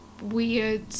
weird